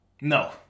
No